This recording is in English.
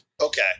Okay